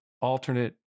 alternate